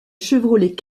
chevrolet